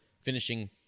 finishing